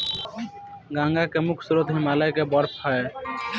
गंगा के मुख्य स्रोत हिमालय के बर्फ ह